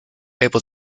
able